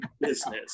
business